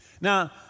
Now